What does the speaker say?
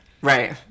right